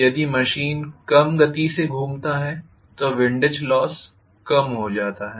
यदि मशीन कम गति से घूमता है तो विंडेज लोस कम हो जाता है